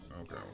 okay